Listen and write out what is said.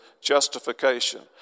justification